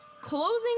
closing